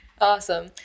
awesome